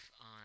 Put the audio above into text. on